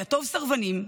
לילה טוב, סרבנים,